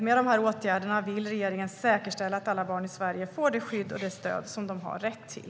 Med dessa åtgärder vill regeringen säkerställa att alla barn i Sverige får det skydd och stöd som de har rätt till.